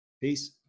Peace